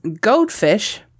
goldfish